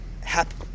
happy